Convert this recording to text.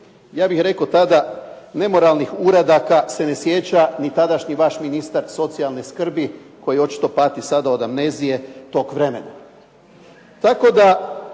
ja bih rekao tada nemoralnih uradaka se ne sjeća ni tadašnji vaš ministar socijalne skrbi koji očito pati sada od amnezije tog vremena,